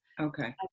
okay